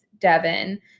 Devin